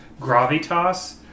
gravitas